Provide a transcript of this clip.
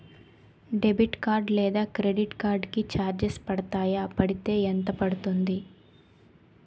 Debit card లేదా credit card కి charges పడతాయా? పడితే ఎంత పడుతుంది?